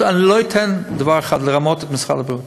אני לא אתן דבר אחד: לרמות את משרד הבריאות.